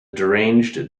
deranged